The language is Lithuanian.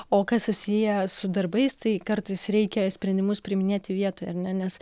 o kas susiję su darbais tai kartais reikia sprendimus priiminėti vietoje ar ne nes